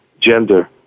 gender